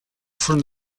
fueron